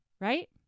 right